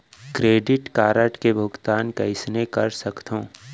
Credit card के भुगतान कईसने कर सकथो?